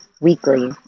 weekly